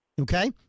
Okay